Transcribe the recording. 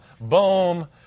boom